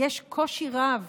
יש קושי רב